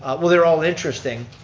ah well they're all interesting.